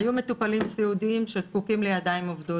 היו מטופלים סיעודיים שזקוקים לידיים עובדות,